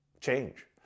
change